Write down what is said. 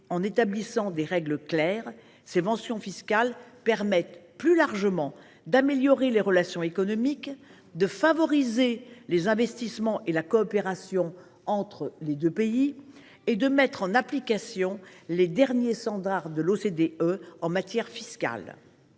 en établissant des règles claires. Plus largement, ils permettront d’améliorer les relations économiques, de favoriser les investissements et la coopération entre nos deux pays et de mettre en application les derniers standards de l’OCDE en matière fiscale.